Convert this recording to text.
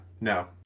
no